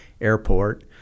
Airport